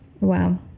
Wow